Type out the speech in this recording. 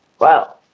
wow